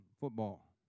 football